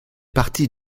partie